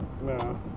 no